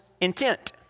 intent